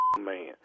man